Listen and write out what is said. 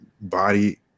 body